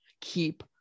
Keep